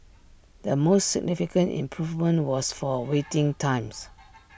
the most significant improvement was for waiting times